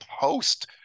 post